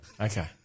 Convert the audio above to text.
Okay